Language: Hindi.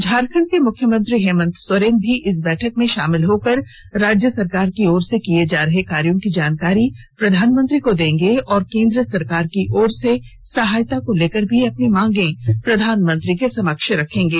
झारखंड के मुख्यमंत्री हेमंत सोरेन भी इस बैठक में शामिल होकर राज्य सरकार की ओर से किये जा रहे कार्यो की जानकारी प्रधानमंत्री को देंगें और केन्द्र सरकार की ओर से सहायता को लेकर भी अपनी मांगें प्रधानमंत्री के समक्ष रखेंगें